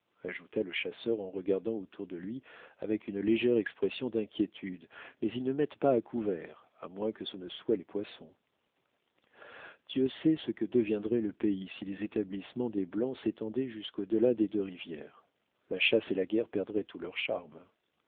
ajouta le chasseur en regardant autour de lui avec une légère expression d'inquiétude mais ils ne mettent pas à couvert à moins que ce ne soient les poissons dieu sait ce que deviendrait le pays si les établissements des blancs s'étendaient jusqu'au delà des deux rivières la chasse et la guerre perdraient tout leur charme